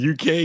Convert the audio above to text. UK